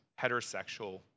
heterosexual